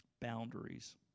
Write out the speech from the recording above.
Boundaries